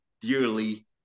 dearly